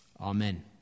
amen